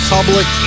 Public